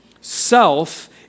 Self